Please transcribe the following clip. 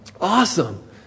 Awesome